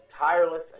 tireless